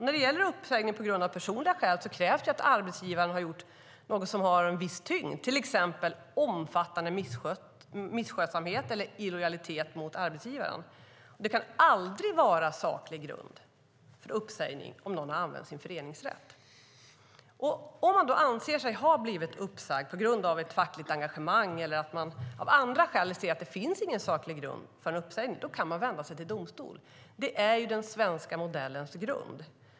När det gäller uppsägning på grund av personliga skäl krävs det att arbetstagaren har gjort något som har en viss tyngd, till exempel omfattande misskötsamhet eller illojalitet mot arbetsgivaren. Det kan aldrig vara saklig grund för uppsägning att någon har använt sin föreningsrätt. Om man anser sig ha blivit uppsagd på grund av ett fackligt engagemang eller om man av andra skäl ser att det inte finnas någon saklig grund för en uppsägning kan man vända sig till domstol. Det är den svenska modellens grund.